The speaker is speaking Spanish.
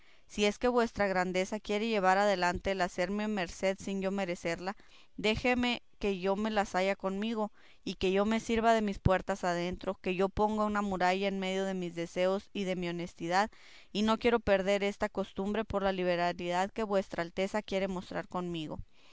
si es que vuestra grandeza quiere llevar adelante el hacerme merced sin yo merecerla déjeme que yo me las haya conmigo y que yo me sirva de mis puertas adentro que yo ponga una muralla en medio de mis deseos y de mi honestidad y no quiero perder esta costumbre por la liberalidad que vuestra alteza quiere mostrar conmigo